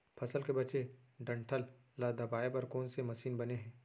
फसल के बचे डंठल ल दबाये बर कोन से मशीन बने हे?